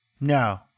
No